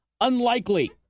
unlikely